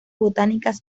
botánicas